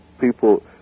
people